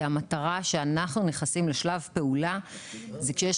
כי המטרה שאנחנו נכנסים לשלב פעולה זה כשיש